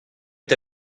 est